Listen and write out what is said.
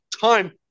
time